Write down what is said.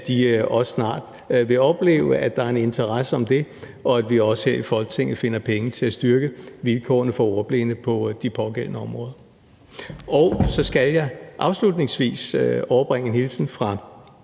fgu'en, også snart vil opleve, at der er en interesse for det, og at vi også her i Folketinget finder penge til at styrke vilkårene for ordblinde på de pågældende områder. Så skal jeg afslutningsvis overbringe en hilsen fra